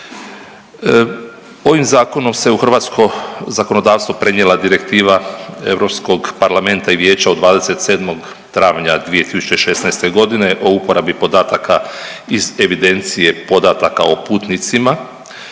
Ovim zakonom se u hrvatsko zakonodavstvo prenijela direktiva EU Parlamenta i Vijeća od 27. travnja 2016. g. o uporabi podataka iz evidencije podataka o putnicima,